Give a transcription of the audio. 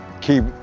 keep